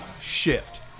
shift